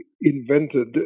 invented